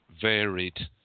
varied